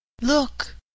Look